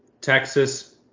Texas